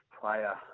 player